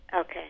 Okay